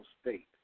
state